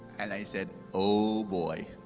and i said, oh boy.